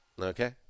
Okay